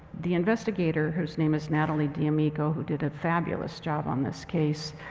the investigator, whose name is natalie d'amico who did a fabulous job on this case.